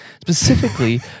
specifically